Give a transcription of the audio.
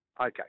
Okay